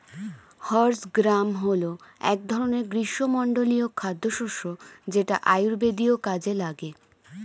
horse gram হল এক ধরনের গ্রীষ্মমণ্ডলীয় খাদ্যশস্য যেটা আয়ুর্বেদীয় কাজে লাগে